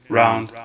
round